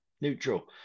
neutral